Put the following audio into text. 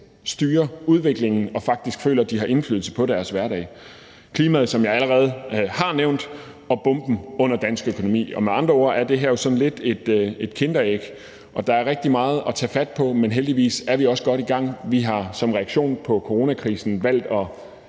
styrer udviklingen, og faktisk føler, at de har indflydelse på deres hverdag. Jeg har allerede nævnt klimaet og bomben under dansk økonomi. Med andre ord er det her lidt et kinderæg, og der er rigtig meget at tage fat på, men heldigvis er vi også godt i gang. Vi har som reaktion på coronakrisen valgt at